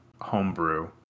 homebrew